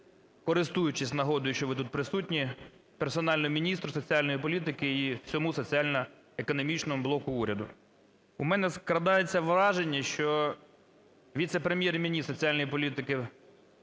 користуючись нагодою, що ви тут присутні, персонально міністру соціальної політики і всьому соціально-економічному блоку уряду. У мене складається враження, що віце-прем'єр-міністр соціальної політики